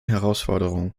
herausforderungen